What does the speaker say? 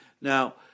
Now